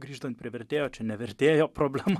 grįžtant prie vertėjo čia ne vertėjo problema